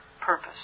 purpose